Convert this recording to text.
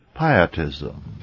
pietism